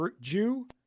Jew